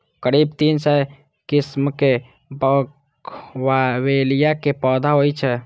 करीब तीन सय किस्मक बोगनवेलिया के पौधा होइ छै